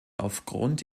aufgrund